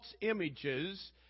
images